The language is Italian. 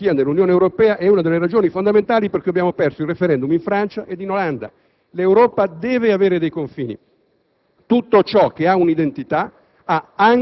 L'idea dell'ingresso della Turchia nell'Unione Europea è una delle ragioni fondamentali per cui abbiamo perso il *referendum* in Francia e in Olanda. L'Europa deve avere dei confini.